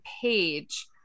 page